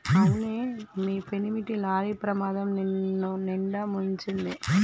అవునే మీ పెనిమిటి లారీ ప్రమాదం నిన్నునిండా ముంచింది